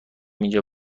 اینجا